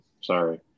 Sorry